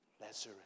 Lazarus